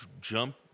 jump